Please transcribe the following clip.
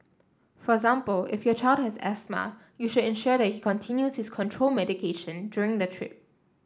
for example if your child has asthma you should ensure that he continues his control medication during the trip